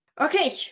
Okay